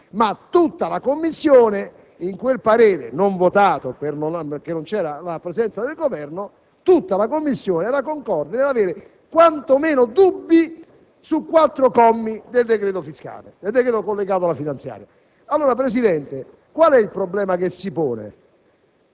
Ma tutta la Commissione (in quel parere non votato perché non c'era la presenza del Governo) era concorde nell'avere quantomeno dubbi su quattro commi del decreto collegato alla finanziaria. Allora, signor Presidente, qual è il problema che si pone?